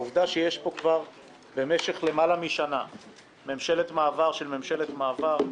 העובדה שכבר למעלה משנה יש פה ממשלת מעבר של ממשלת מעבר,